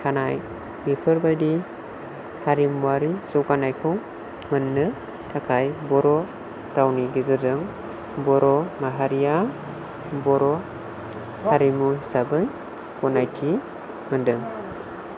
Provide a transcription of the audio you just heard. थानाय बेफोरबादि हारिमुवारि जौगानायखौ मोन्नो थाखाय बर' रावनि गेजेरजों बर' माहारिया बर' हारिमु हिसाबै गनायथि मोन्दों